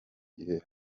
gihe